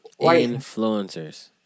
Influencers